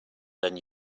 then